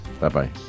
Bye-bye